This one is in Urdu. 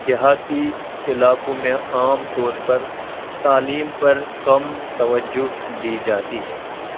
دیہاتی علاقوں میں عام طور پر تعلیم پر کم توجہ دی جاتی ہے